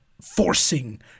forcing